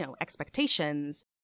expectations